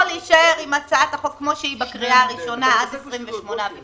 או להישאר עם הצעת החוק כמו שהיא בקריאה הראשונה עד 28 בפברואר,